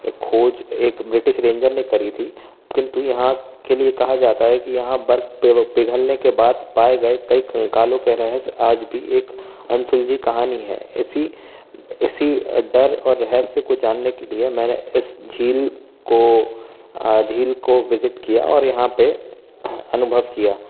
खोज एक British ranger ranger ने करी थी किंतु यहाँ के लिए कहा जाता है कि यहाँ बर्फ पे पिघलने के बाद पाए गए कई कंकालों के रहस्य आज भी एक अनसुलझी कहानी है इसी इसी डर और रहस्य को जानने के लिए मैंने इस झील को झील को विजिट किया और यहाँ पे अनुभव किया